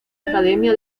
academia